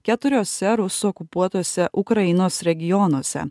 keturiose rusų okupuotuose ukrainos regionuose